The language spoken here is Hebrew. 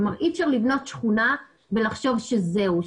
כלומר, אי אפשר לבנות שכונה ולחשוב שזהו.